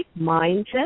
mindset